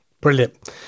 Brilliant